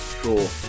Cool